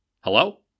Hello